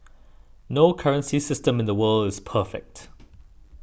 no currency system in the world is perfect